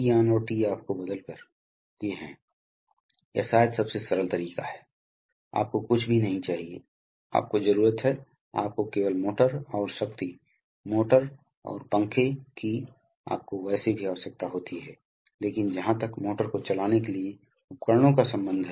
यदि आप बहुत उच्च दबाव में बदलना चाहते हैं तो कुछ ऐसा जैसे आप 600 700 800 1000 PSI तो आपको कुछ अक्सर कई चरणों में करने की आवश्यकता होती है इसलिए आप इसलिए एक कंप्रेसर में कई चरण हो सकते हैं